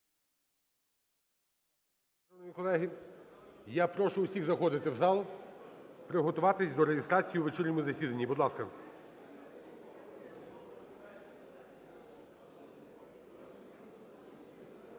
колеги! Я прошу всіх заходити в зал, приготуватись до реєстрації у вечірньому засіданні, будь ласка.